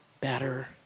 better